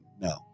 No